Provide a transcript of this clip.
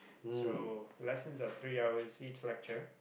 so lesson are three hours each lecture